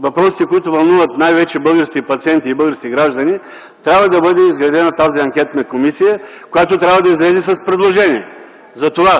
въпроси, които вълнуват обществото и най-вече българските пациенти и българските граждани, трябва да бъде изградена тази анкетна комисия, която да излезе с предложение за това